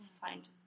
find